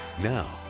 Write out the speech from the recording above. Now